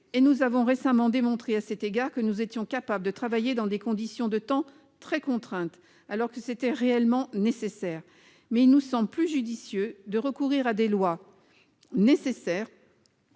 ; nous avons récemment démontré à cet égard que nous étions capables de travailler dans des conditions de temps très contraintes, alors que c'était réellement nécessaire. Mais il nous semble peu judicieux de recourir à des lois virtuelles